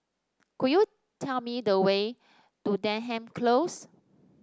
could you tell me the way to Denham Close